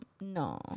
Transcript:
No